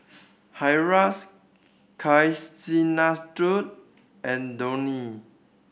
Haresh Kasinadhuni and Dhoni